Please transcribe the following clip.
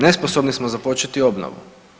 Nesposobni smo započeti obnovu.